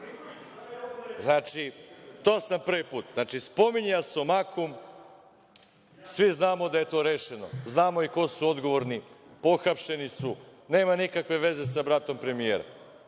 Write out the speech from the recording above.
video to prvi put. Znači, spominje „Asumakum“, svi znamo da je to rešeno, znamo i ko su odgovorni, pohapšeni su, nema nikakve veze sa bratom premijera,